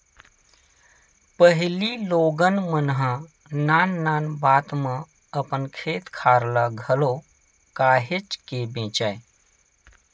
पहिली लोगन मन ह नान नान बात म अपन खेत खार ल घलो काहेच के बेंचय